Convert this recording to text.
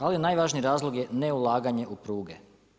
Ali najvažniji razlog je neulaganje u pruge.